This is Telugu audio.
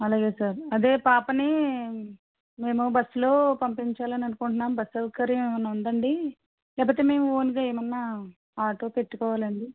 అలాగే సార్ అదే పాపనీ మేము బస్ లో పంపించాలి అని అనుకుంటున్నాం బస్ సౌకర్యం ఏమన్నా ఉండండి లేకపోతే మేము ఓన్గా ఏమన్నా ఆటో పెట్టుకోవాలండి